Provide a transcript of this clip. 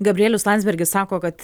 gabrielius landsbergis sako kad